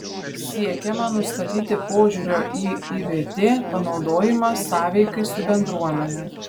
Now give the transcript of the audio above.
siekiama nustatyti požiūrio į ivt panaudojimą sąveikai su bendruomene